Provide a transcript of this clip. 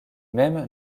même